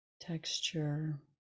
texture